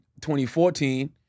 2014